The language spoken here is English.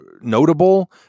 notable